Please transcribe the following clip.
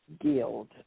Guild